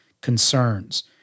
concerns